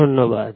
ধন্যবাদ